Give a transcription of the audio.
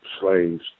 slaves